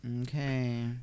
okay